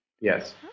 Yes